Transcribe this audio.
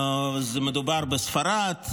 מדובר בספרד,